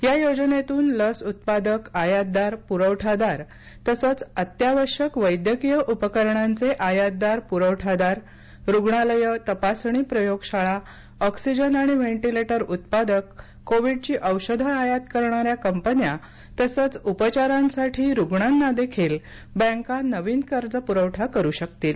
या योजनेतून लस उत्पादक आयातदार पुरवठादार तसंच अत्यावश्यक वैद्यकीय उपकरणांचे आयातदार पुरवठादार रुग्णालयं तपासणी प्रयोगशाळा ऑक्सीजन आणि व्हेंटिलेटर उत्पादक कोविडची औषधं आयात करणाऱ्या कंपन्या तसंच उपचारांसाठी रूग्णांनादेखील बँका नवीन कर्ज पुरवठा करू शकतील